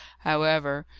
however,